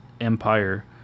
Empire